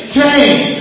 Change